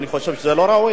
אני חושב שזה לא ראוי.